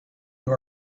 you